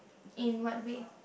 in what way